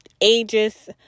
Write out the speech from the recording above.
ages